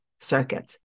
circuits